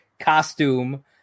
costume